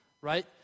right